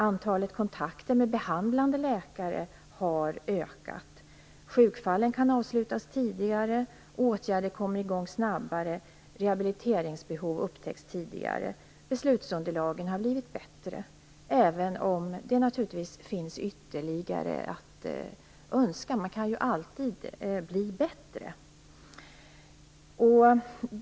Antalet kontakter med behandlande läkare har ökat. Sjukfallen kan avslutas tidigare, åtgärder vidtas snabbare, och rehabiliteringsbehov upptäcks tidigare. Beslutsunderlagen har blivit bättre, även om det naturligtvis finns ytterligare att önska. Man kan ju alltid bli bättre.